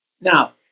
Now